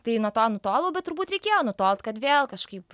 tai nuo to nutolau bet turbūt reikėjo nutolt kad vėl kažkaip